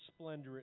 splendorous